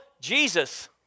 Jesus